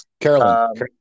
Carolyn